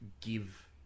Give